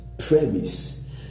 Premise